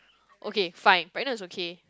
okay fine pregnant is okay